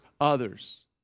others